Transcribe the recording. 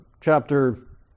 chapter